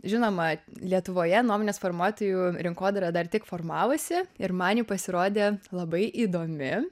žinoma lietuvoje nuomonės formuotojų rinkodara dar tik formavosi ir man ji pasirodė labai įdomi